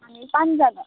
हामी पाँचजना